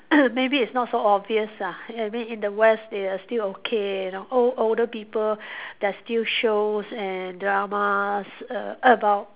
maybe it's not so obvious ah I mean in the West they are still okay you know o~ older people there are still shows and dramas err about